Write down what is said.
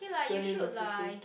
send in the photos